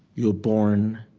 you are born,